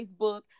Facebook